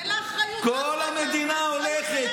אין לה אחריות, כל המדינה הולכת.